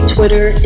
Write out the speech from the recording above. Twitter